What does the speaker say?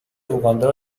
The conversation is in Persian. اوگاندا